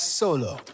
solo